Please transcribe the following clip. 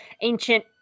ancient